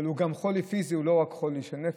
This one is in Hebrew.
אבל זה גם חולי פיזי, לא רק חולי של נפש.